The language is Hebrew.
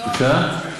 חינוך זה מצוין.